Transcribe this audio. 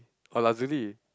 or Lazuli